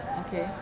okay